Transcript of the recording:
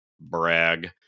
Brag